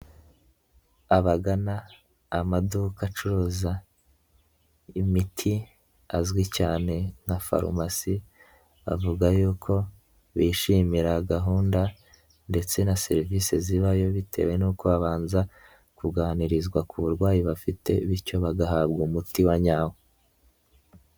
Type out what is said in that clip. Abagana amaduka acuruza imiti azwi cyane nka farumasi avuga y'uko bishimira gahunda ndetse na serivisi zibayo bitewe nuko babanza kuganirizwa ku burwayi bafite bityo bagahabwa umuti wa nyawo.